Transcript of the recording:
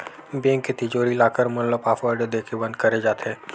bank के तिजोरी, locker मन ल पासवर्ड देके बंद करे जाथे